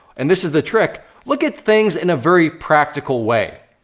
and this is the trick look at things in a very practical way.